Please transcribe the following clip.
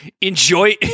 enjoy